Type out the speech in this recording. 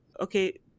Okay